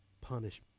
punishment